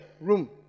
room